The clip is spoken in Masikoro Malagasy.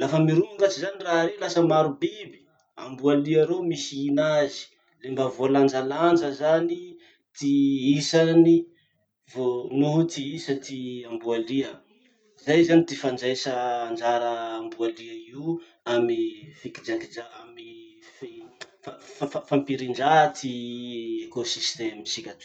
lafa mirongatsy zany raha rey lasa maro biby, amboa lia reo mihina azy le mba voalanjalanja zany ty isany vo, noho ty isa ty amboa lia. Zay zany ty ifandraisa anjara amboa lia io amy fikojakojà amy fi- fa fampirindra ty ekosisitemotsika toy.